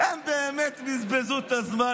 הם באמת בזבזו את הזמן.